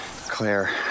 Claire